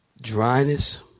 Dryness